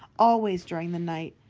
always during the night.